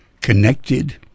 connected